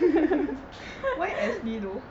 why ashley though